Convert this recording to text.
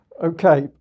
Okay